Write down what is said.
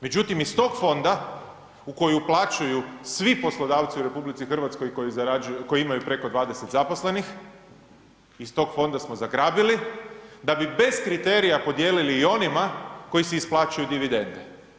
Međutim iz tog fonda u koji uplaćuju svi poslodavci u RH koji imaju preko 20 zaposlenih, iz tog fonda smo zagrabili da bi bez kriterija podijelili i onima koji si isplaćuju dividende.